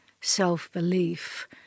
self-belief